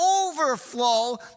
overflow